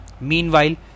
Meanwhile